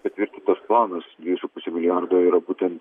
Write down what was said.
patvirtintas planas dvejų su puse milijardo yra būtent